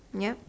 yup